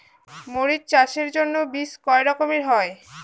মরিচ চাষের জন্য বীজ কয় রকমের হয়?